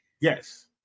Yes